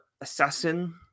assassin